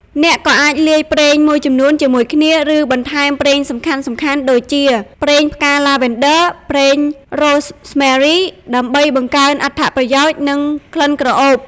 អ្នកក៏អាចលាយប្រេងមួយចំនួនជាមួយគ្នា ឬបន្ថែមប្រេងសំខាន់ៗ (ដូចជាប្រេងផ្កាឡាវេនឌឺ ប្រេងរ៉ូស្មែរី) ដើម្បីបង្កើនអត្ថប្រយោជន៍ និងក្លិនក្រអូប។